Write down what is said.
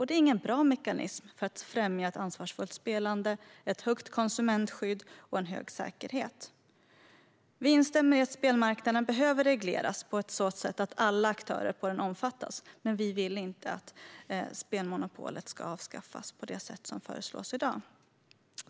Det är ingen bra mekanism för att främja ett ansvarsfullt spelande, ett högt konsumentskydd och en hög säkerhet. Vi instämmer i att spelmarknaden behöver regleras på ett sådant sätt att alla aktörer på den omfattas, men vi vill inte att spelmonopolet ska avskaffas på det sätt som föreslås i dag.